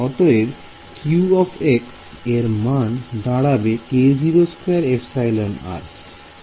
অতএব q এর মান দাঁড়াবে